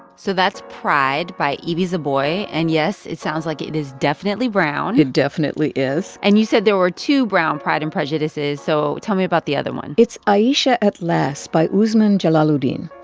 so that's pride by ibi zoboi. and yes, it sounds like it is definitely brown it definitely is and you said there were two brown pride and prejudices, so tell me about the other one it's ayesha at last by uzma jalaluddin.